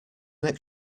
next